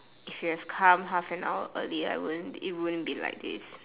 if you have come half an hour earlier I wouldn't it wouldn't be like this